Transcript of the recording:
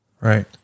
Right